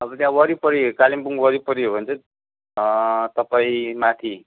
अब त्यहाँ वरिपरि कालिम्पोङ वरिपरि हो भने चाहिँ तपाईँ माथि